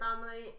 family